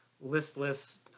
listless